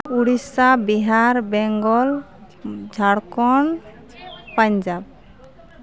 Odisha Bihar Bengal Jharkhand Punjab